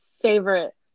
favorite